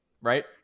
Right